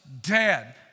Dead